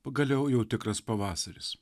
pagaliau jau tikras pavasaris